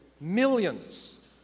millions